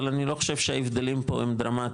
אבל אני לא חושב שההבדלים פה הם דרמטיים,